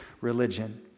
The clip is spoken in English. religion